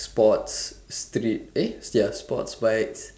sports street eh ya sports bike